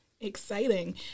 Exciting